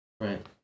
Right